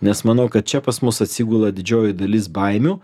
nes manau kad čia pas mus atsigula didžioji dalis baimių